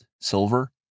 silver